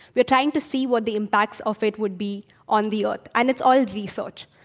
we are trying to see what the impacts of it would be on the earth. and it's all research.